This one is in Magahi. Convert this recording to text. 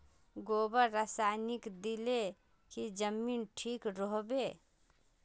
गोबर रासायनिक दिले की जमीन ठिक रोहबे?